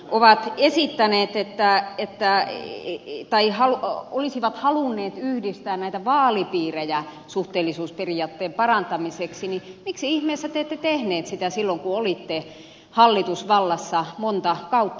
kuva kirsi tänne pyytää ketään ei kai vastustaneet olisivat halunneet yhdistää näitä vaalipiirejä suhteellisuusperiaatteen parantamiseksi niin miksi ihmeessä te ette tehneet sitä silloin kun olitte hallitusvallassa monta kautta peräjälkeen